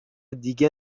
دیگه